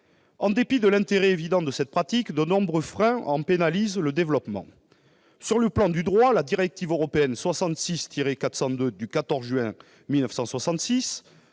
En dépit de l'intérêt évident de cette pratique, de nombreux freins en pénalisent le développement. Sur le plan du droit, la directive européenne 66/402 du 14 juin 1966,